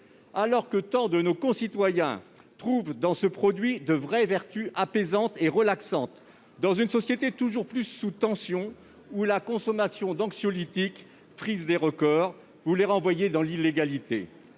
Alors que tant de nos concitoyens trouvent dans ce produit de vraies vertus apaisantes et relaxantes, dans une société toujours plus sous tension, où la consommation d'anxiolytiques frise des records, vous les renvoyez dans l'illégalité.